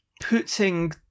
Putting